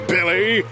Billy